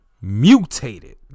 mutated